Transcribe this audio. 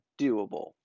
doable